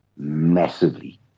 massively